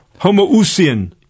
homoousian